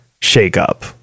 shakeup